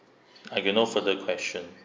I get no further question